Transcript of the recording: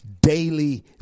daily